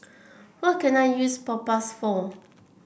what can I use Propass for